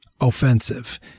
offensive